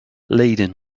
laden